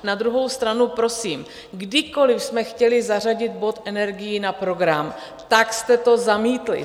Na druhou stranu prosím, kdykoli jsme chtěli zařadit bod energií na program, tak jste to zamítli.